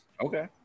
Okay